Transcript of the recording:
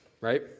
right